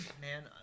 man